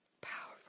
powerful